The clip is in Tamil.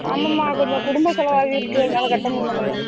ஆமாம்மா கொஞ்சம் குடும்ப செலவு ஆகிருச்சு அதனால் கட்ட முடில மேடம்